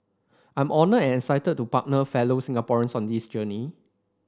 I'm honoured and excited to partner fellow Singaporeans on this journey